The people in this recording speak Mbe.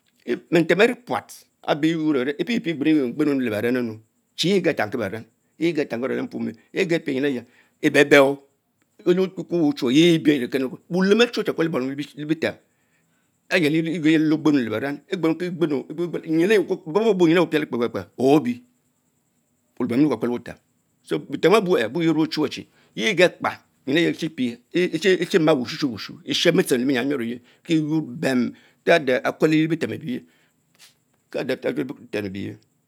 Benten berie puat abey enyuyurr le beren, epie pie egbereye gbenu leberen chie yea geh tankie beren. lenphamch yes yes pie neyin ang ebebchoo, lekukleme olluwe yes bee ance ekenekwo, wuten achue che koelo bom le-betean eyele Ogbenu le beren, egbenkigbeno mop mbobowe bolo y'n cyie Prate wel tepekpekpe Obie, dihet wullem. ammeo kwekwe le wutem, butem lbire bueye me ochnwechie yie geh kpa yin eyeh chie pre chi mag utsmetine wutsue, esken bitcho lebnam emior oyen kie quor bom kie adeh cukneleyen lebetem ebuye kie adeh akneleye le betem ebieye.